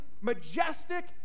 majestic